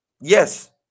Yes